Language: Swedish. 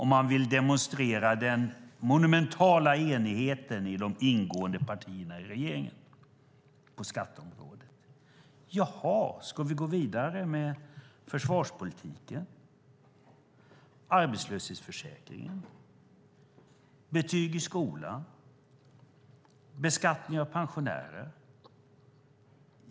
Man vill demonstrera den monumentala enigheten på skatteområdet mellan de partier som ingår i regeringen. Ska vi gå vidare med försvarspolitiken, arbetslöshetsförsäkringen, betyg i skolan och beskattning av pensionärer?